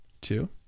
two